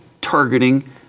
targeting